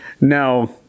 now